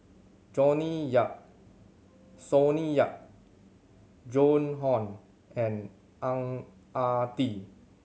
Jonny Sonny Yap Joan Hon and Ang Ah Tee